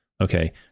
Okay